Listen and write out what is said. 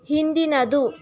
ಹಿಂದಿನದು